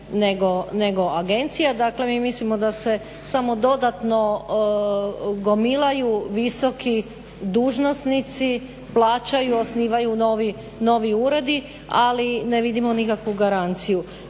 nego agencija. Dakle mi mislimo da se samo dodatno gomilaju visoki dužnosnici, plaćaju, osnivaju novi uredi ali ne vidimo nikakvu garanciju.